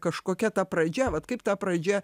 kažkokia ta pradžia vat kaip ta pradžia